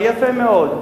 יפה מאוד.